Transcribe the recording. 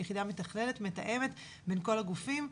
יחידה מתכללת ומתאמת בין כל הגופים.